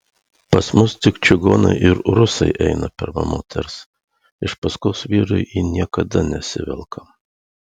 pas mus tik čigonai ir rusai eina pirma moters iš paskos vyrui ji niekada nesivelka